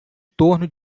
torno